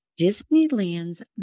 Disneyland's